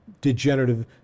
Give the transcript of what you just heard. degenerative